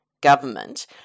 government